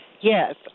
Yes